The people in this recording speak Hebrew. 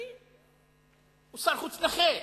מבחינתי הוא שר חוץ נכה,